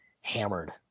hammered